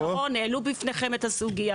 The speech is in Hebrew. אני יכול